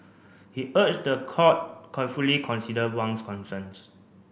he urged the court carefully consider Wang's concerns